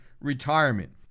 retirement